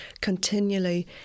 continually